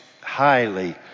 highly